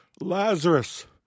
Lazarus